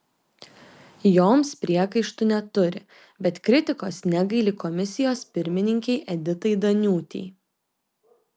joms priekaištų neturi bet kritikos negaili komisijos pirmininkei editai daniūtei